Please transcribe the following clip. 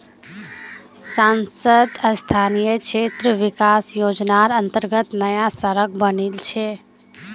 सांसद स्थानीय क्षेत्र विकास योजनार अंतर्गत नया सड़क बनील छै